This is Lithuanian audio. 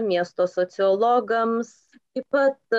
miesto sociologams taip pat